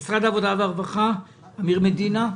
נציג משרד העבודה והרווחה, אמיר מדינה,